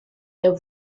der